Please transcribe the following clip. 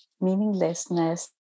meaninglessness